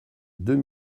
deux